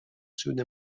سود